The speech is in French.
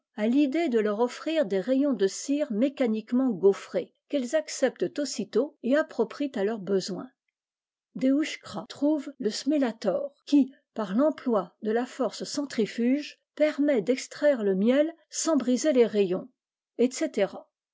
a l'idée de leur offrir des rayons de cire mécaniquement gaufrés qu'elles acceptent aussitôt et approprient à leurs besoins de hruschka trouve le smélalore qui par l'emploi de la force centrifuge permet d'extraire le miel sans briser les rayons etc